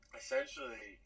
essentially